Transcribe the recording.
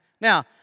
Now